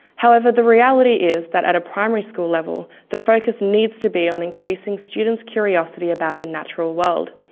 however, the reality is that at a primary school level the focus needs to be on increasing students' curiosity about the natural world,